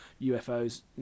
UFOs